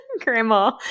Grandma